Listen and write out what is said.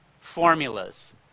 formulas